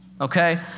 okay